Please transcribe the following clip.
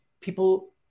people